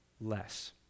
less